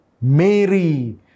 Mary